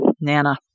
Nana